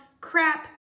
crap